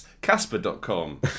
Casper.com